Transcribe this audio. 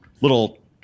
little